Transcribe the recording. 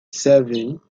seven